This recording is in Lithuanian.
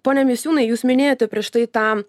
pone misiūnai jūs minėjote prieš tai tą